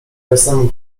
jasnemu